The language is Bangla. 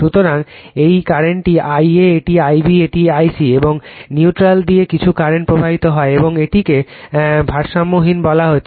সুতরাং এটি কারেন্ট I a এটি I b এটি I c এবং নিউট্রাল দিয়ে কিছু কারেন্ট প্রবাহিত হয় এবং এটিকে ভারসাম্যহীন বলা হচ্ছে